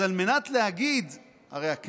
אז על מנת להגיד שהכנסת,